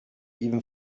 even